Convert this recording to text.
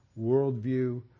worldview